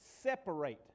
separate